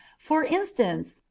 for instance,